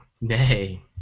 Nay